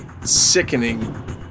sickening